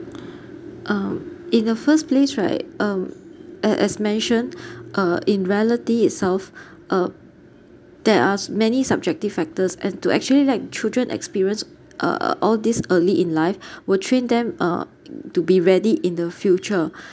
um in the first place right um a~ as mentioned uh in reality itself uh there are many subjective factors and to actually let children experience uh uh all this early in life will train them uh to be ready in the future